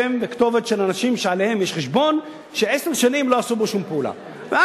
שם וכתובת של אנשים שיש על שמם חשבון שעשר שנים לא עשו בו שום פעולה.